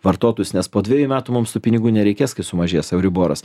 vartotojus nes po dvejų metų mums tų pinigų nereikės kai sumažės euriboras